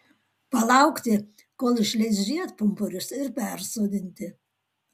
palaukti kol išleis žiedpumpurius ir persodinti